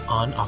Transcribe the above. on